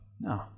No